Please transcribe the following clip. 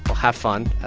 have fun.